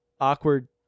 awkward